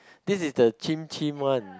this is the chim chim one